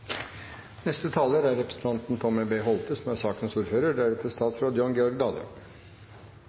Neste taler er representanten Tom E.B. Holthe, som er sakens ordfører.